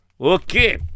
Okay